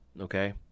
okay